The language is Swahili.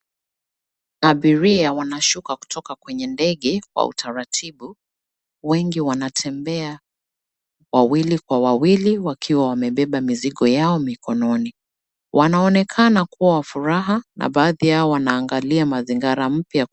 Abiria wanashuka kutoka kwenye ndege kwa utaratibu. Wengi wanatembea wawili kwa wawili wakiwa wamebeba mizigo yao mikononi. Wanaonekana kuwa na furaha na baadhi yao wanaangalia mazingara mpya.